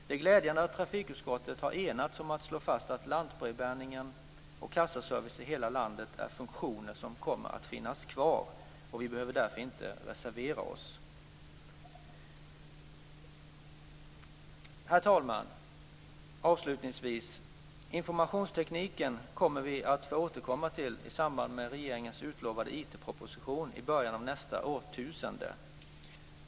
Det är glädjande att trafikutskottet har enats om att slå fast att lantbrevbäringen och kassaservice i hela landet är funktioner som kommer att finnas kvar. Vi behöver därför inte reservera oss. Herr talman! Informationstekniken kommer vi att få återkomma till i samband med regeringens utlovade IT-proposition i början av nästa årtusende.